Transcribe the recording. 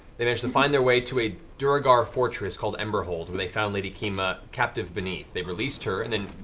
they manage to find their way to a duergar fortress called emberhold, where they found lady kima captive beneath. they released her and then,